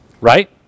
Right